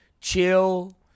chill